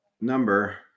number